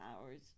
hours